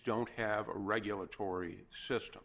don't have a regulatory system